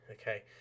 Okay